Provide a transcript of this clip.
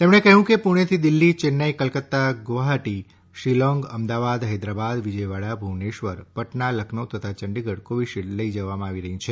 તેમણે કહ્યું કે પુણેથી દિલ્હી ચેન્નાઇ કોલકતા ગુવાહાટી શિલોંગ અમદાવાદ હૈદરાબાદ વિજયવાડા ભુવનેશ્વર પટના લખનૌ તથા ચંડીગઢ કોવીશીલ્ડ લઇ જવાશે